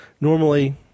Normally